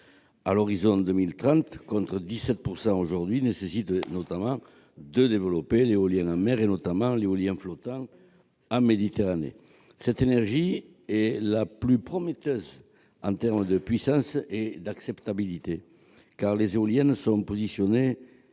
à l'horizon de 2030, contre 17 % aujourd'hui, il nous faut développer l'éolien en mer et, notamment, l'éolien flottant en Méditerranée. Cette énergie est la plus prometteuse en termes de puissance et d'acceptabilité, car les éoliennes sont positionnées-